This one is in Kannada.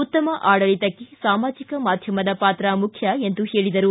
ಉತ್ತಮ ಆಡಳಿತಕ್ಕೆ ಸಾಮಾಜಿಕ ಮಾಧ್ಯಮದ ಪಾತ್ರ ಮುಖ್ಯ ಎಂದರು